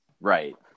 Right